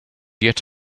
yet